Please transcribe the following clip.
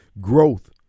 growth